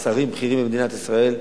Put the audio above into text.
שרים בכירים במדינת ישראל,